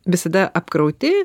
visada apkrauti